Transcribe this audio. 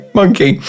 monkey